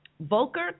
Volker